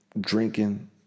drinking